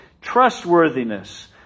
Trustworthiness